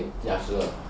ya 十二